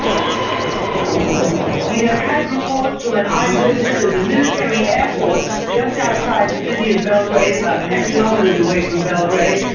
um we have had reports of an eye witness at a military airport just outside the city of belgrade about ten kilometres away from belgrade,